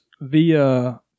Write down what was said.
via